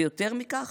ויותר מכך,